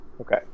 Okay